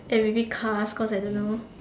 and maybe cars cause I don't know